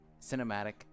cinematic